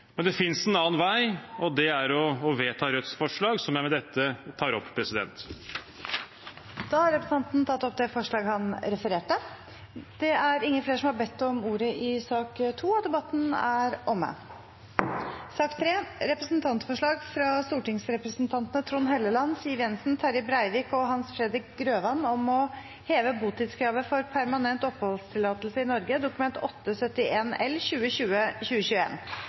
Men det finnes en annen vei, og det er å vedta Rødts forslag, som jeg med dette tar opp. Representanten Bjørnar Moxnes har tatt opp det forslaget han refererte til. Flere har ikke bedt om ordet til sak nr. 2. Presidenten vil ordne debatten